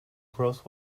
growth